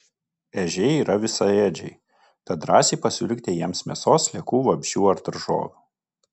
ežiai yra visaėdžiai tad drąsiai pasiūlykite jiems mėsos sliekų vabzdžių ar daržovių